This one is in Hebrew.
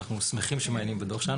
אנחנו שמחים שמעיינים בדוח שלנו.